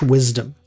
Wisdom